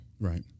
Right